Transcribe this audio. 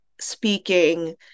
speaking